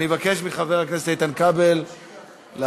אני מבקש מחבר הכנסת איתן כבל לעלות.